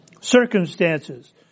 Circumstances